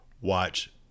watch